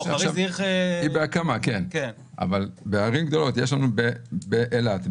היא בהקמה, אבל בערים גדולות, יש לנו באילת,